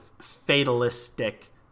fatalistic